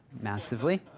massively